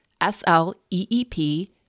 s-l-e-e-p